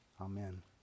Amen